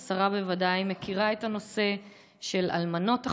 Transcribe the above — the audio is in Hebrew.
השרה בוודאי מכירה את הנושא של אלמנות אחרות,